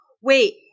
Wait